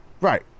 Right